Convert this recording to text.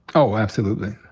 oh, absolutely.